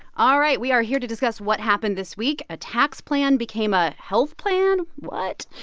all right. we are here to discuss what happened this week. a tax plan became a health plan? what?